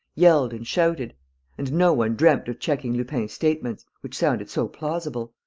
yelled and shouted and no one dreamt of checking lupin's statements, which sounded so plausible.